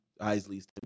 Isley's